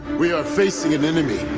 we are facing an enemy,